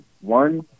one